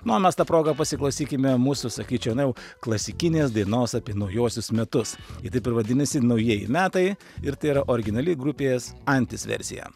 nu o mes ta proga pasiklausykime mūsų sakyčiau na jau klasikinės dainos apie naujuosius metus ji taip ir vadinasi naujieji metai ir tai yra originali grupės antis versija